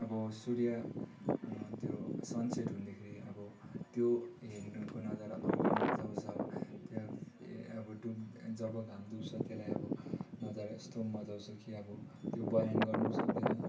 अब सूर्य त्यो सनसेट हुँदाखेरि अब त्यो हेर्नुको नजर अर्कै मजा आउँछ त्यो अब डुब जब घाम डुब्छ त्यसलाई अब नजारा यस्तो मजा आउँछ कि अब त्यो बयान गर्नु पनि सक्दैन